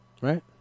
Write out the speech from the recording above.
right